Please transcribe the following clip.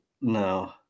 No